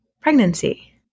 pregnancy